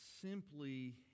simply